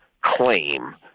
claim